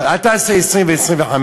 אבל אל תעשה 20 ו-25.